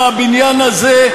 מהבניין הזה,